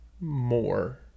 more